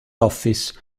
office